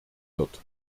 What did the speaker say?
wird